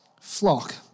flock